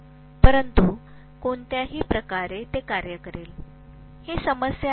परंतु कोणत्याही प्रकारे ते कार्य करेल ही समस्या नाही